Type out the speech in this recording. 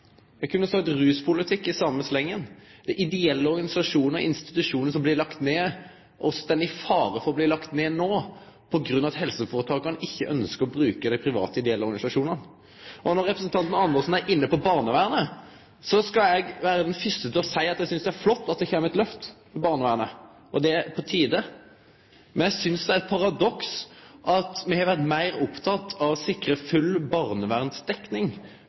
Eg kunne sagt ruspolitikk i same slengen – ideelle organisasjonar og institusjonar som blir lagde ned, og som no står i fare for å bli lagde ned på grunn av at helseføretaka ikkje ønskjer å bruke dei. Når representanten Andersen er inne på barnevernet, skal eg vere den første til å seie at eg synest det er flott at det kjem eit lyft i barnevernet, og det er på tide. Men eg synest det er eit paradoks at me har vore meir opptekne av å sikre full